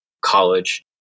college